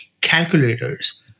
calculators